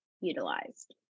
utilized